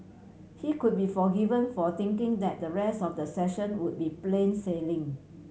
he could be forgiven for thinking that the rest of the session would be plain sailing